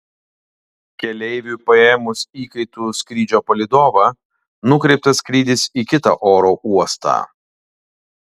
keleiviui paėmus įkaitu skrydžio palydovą nukreiptas skrydis į kitą oro uostą